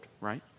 right